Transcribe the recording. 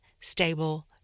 stable